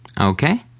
okay